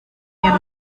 mir